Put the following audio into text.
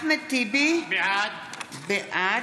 אחמד טיבי, בעד